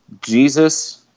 Jesus